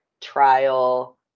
trial